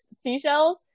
seashells